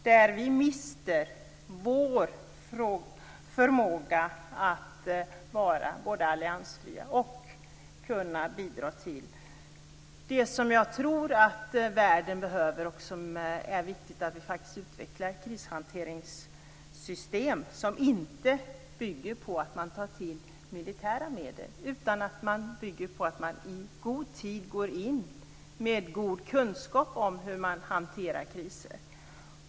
Då mister vi vår förmåga att vara både alliansfria och kunna bidra till det som jag tror att världen behöver och som är viktigt att vi utvecklar, nämligen ett krishanteringssystem som inte bygger på att man tar till militära medel utan på att man i god tid går in med god kunskap om hur man hanterar kriser.